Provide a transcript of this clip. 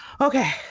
Okay